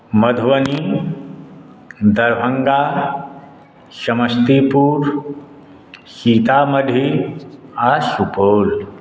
मधुबनी दरभङ्गा समस्तीपुर सीतामढ़ी आ सुपौल